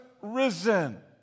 risen